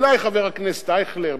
אולי חבר הכנסת אייכלר,